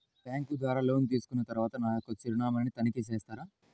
Bank ద్వారా loan తీసుకున్న తరువాత నా యొక్క చిరునామాని తనిఖీ చేస్తారా?